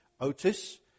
Otis